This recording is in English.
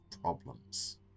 problems